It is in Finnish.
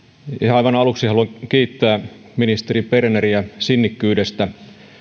aivan aluksi haluan kiittää ministeri berneriä sinnikkyydestä